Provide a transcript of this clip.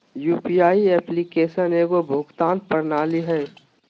UPI application एगो भुगतान प्रणाली हइ